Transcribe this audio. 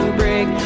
break